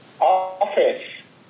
office